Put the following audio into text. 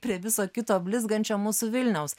prie viso kito blizgančio mūsų vilniaus